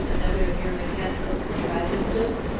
another of your mechanical contrivances?